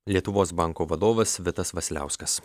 lietuvos banko vadovas vitas vasiliauskas